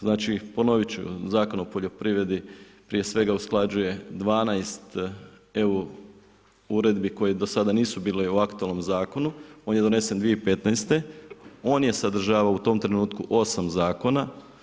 Znači ponoviti ću Zakona o poljoprivredi, prije svega usklađuje 12 EU uredbi koji do sada nisu bili u aktualnom zakonu, on je donesen 2015. on je sadržavao u tom trenutku 8 zakona.